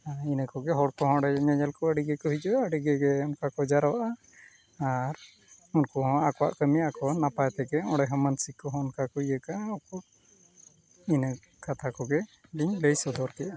ᱟᱨ ᱤᱱᱟᱹ ᱠᱚᱜᱮ ᱦᱚᱲ ᱠᱚᱦᱚᱸ ᱚᱸᱰᱮ ᱧᱮᱧᱮᱞ ᱠᱚ ᱟᱹᱰᱤ ᱜᱮᱠᱚ ᱦᱤᱡᱩᱜᱼᱟ ᱟᱹᱰᱤᱜᱮ ᱚᱱᱠᱟ ᱠᱚ ᱡᱟᱨᱣᱟᱜᱼᱟ ᱟᱨ ᱩᱱᱠᱩ ᱦᱚᱸ ᱟᱠᱚᱣᱟᱜ ᱠᱟᱹᱢᱤ ᱟᱠᱚ ᱱᱟᱯᱟᱭ ᱛᱮᱜᱮ ᱚᱸᱰᱮ ᱦᱚᱸ ᱢᱟᱱᱥᱤᱠ ᱠᱚᱦᱚᱸ ᱚᱱᱠᱟ ᱠᱚ ᱤᱭᱟᱹ ᱠᱟᱜᱼᱟ ᱤᱱᱟᱹ ᱠᱟᱛᱷᱟ ᱠᱚᱜᱮ ᱞᱤᱧ ᱞᱟᱹᱭ ᱥᱚᱫᱚᱨ ᱠᱮᱜᱼᱟ